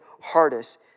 hardest